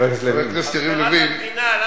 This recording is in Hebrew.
הפקרת המדינה.